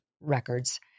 records